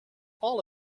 all